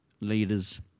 leaders